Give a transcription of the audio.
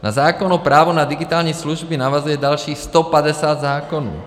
Na zákon o právu na digitální služby navazuje dalších 150 zákonů.